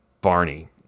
Barney